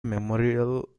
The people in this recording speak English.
memorial